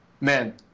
man